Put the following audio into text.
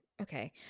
okay